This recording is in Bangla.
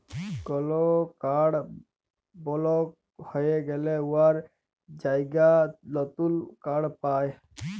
কল কাড় বলক হঁয়ে গ্যালে উয়ার জায়গায় লতুল কাড় পায়